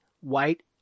white